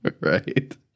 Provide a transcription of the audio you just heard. right